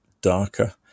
darker